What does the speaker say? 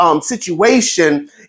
situation